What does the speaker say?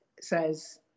says